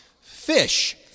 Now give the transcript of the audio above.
fish